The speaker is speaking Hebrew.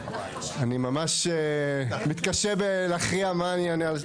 אני ממש מתקשה להכריע במה אני אענה על זה.